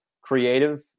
Creative